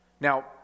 Now